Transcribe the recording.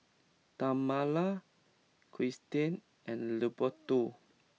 Tamala Kirstie and Leopoldo